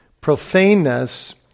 profaneness